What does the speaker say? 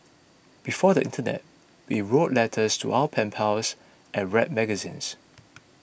before the internet we wrote letters to our pen pals and read magazines